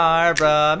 Barbara